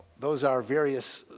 those are various